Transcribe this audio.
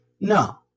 no